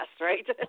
right